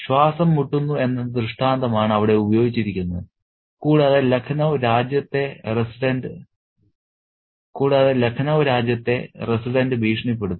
ശ്വാസം മുട്ടുന്നു എന്ന ദൃഷ്ടാന്തമാണ് അവിടെ ഉപയോഗിച്ചിരിക്കുന്നത് കൂടാതെ ലഖ്നൌ രാജ്യത്തെ റസിഡന്റ് ഭീഷണിപ്പെടുത്തുന്നു